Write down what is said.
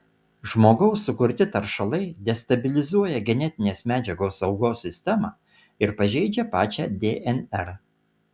žmogaus sukurti taršalai destabilizuoja genetinės medžiagos saugos sistemą ir pažeidžia pačią dnr